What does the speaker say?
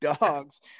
dogs